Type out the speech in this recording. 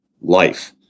life